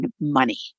money